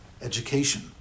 education